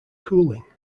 cooling